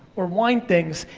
or wine things,